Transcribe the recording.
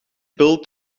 pil